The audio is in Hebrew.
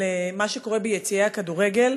של מה שקורה ביציעי הכדורגל.